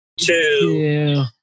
two